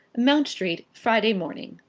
mount street friday morning.